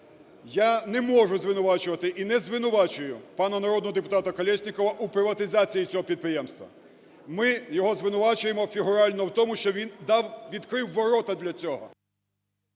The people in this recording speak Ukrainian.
Я не можу звинувачувати і не звинувачую пана народного депутата Колєснікова у приватизації цього підприємства. Ми його звинувачуємо його, фігурально, в тому, що він дав… відкрив ворота для цього…